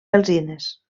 alzines